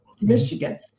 Michigan